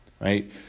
right